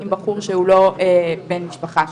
עם בחור שהוא לא בן משפחה שלהם.